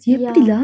yeah